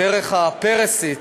הדרך הפֶּרֶסית,